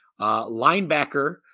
Linebacker